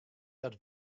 dat